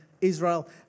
Israel